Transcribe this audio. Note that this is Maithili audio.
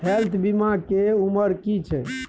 हेल्थ बीमा के उमर की छै?